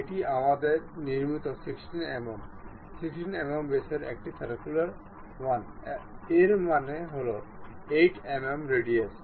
এটি আমাদের নির্মিত 16 mm 16 mm ব্যাসের একটি সার্কুলার 1 এর মানে হল 8 mm রেডিয়াস